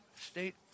State